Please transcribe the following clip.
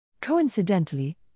Coincidentally